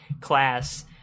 class